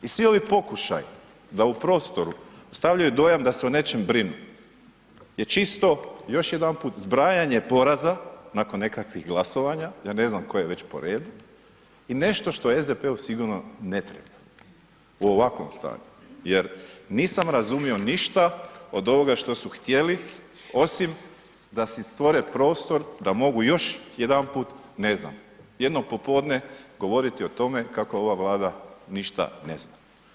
I svi ovi pokušaji da u prostoru ostavljaju dojam da se o nečem brinu je čisto još jedanput zbrajanje poraza nakon nekakvih glasovanja ja ne znam koje već po redu i nešto što SDP-u sigurno ne treba u ovakvom stanju, jer nisam razumio ništa od ovoga što su htjeli osim da si stvore prostor da mogu još jedanput jedno popodne govoriti o tome kako ova Vlada ništa ne zna.